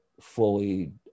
fully